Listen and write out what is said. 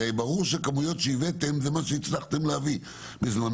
הרי ברור שהכמויות שהבאתם זה מה שהצלחתם להביא בזמנו.